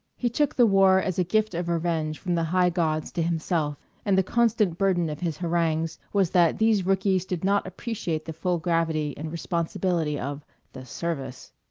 he took the war as a gift of revenge from the high gods to himself, and the constant burden of his harangues was that these rookies did not appreciate the full gravity and responsibility of the service.